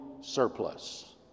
surplus